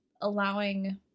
allowing